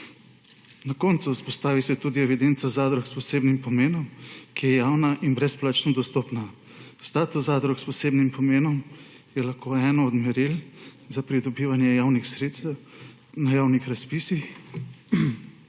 Na koncu, vzpostavi se tudi evidenca zadrug s posebnim pomenom, ki je javna in brezplačno dostopna. Status zadrug s posebnim pomenom je lahko eno od meril za pridobitev javnih sredstev na javnih razpisih,